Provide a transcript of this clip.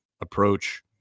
approach